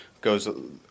goes